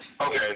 Okay